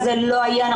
אין מתווה כזה,